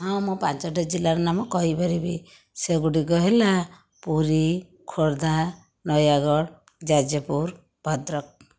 ହଁ ମୁଁ ପାଞ୍ଚଟା ଜିଲ୍ଲାର ନାମ କହିପାରିବି ସେଗୁଡ଼ିକ ହେଲା ପୁରୀ ଖୋର୍ଦ୍ଧା ନୟାଗଡ଼ ଯାଜପୁର ଭଦ୍ରକ